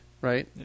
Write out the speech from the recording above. right